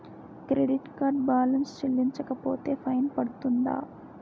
Credit card balance చెల్లించకపోతే fine పడ్తుంద?